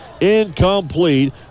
incomplete